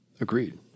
Agreed